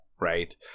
right